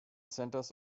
centers